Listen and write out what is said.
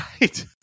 Right